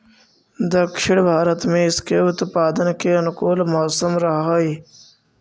दक्षिण भारत में इसके उत्पादन के अनुकूल मौसम रहअ हई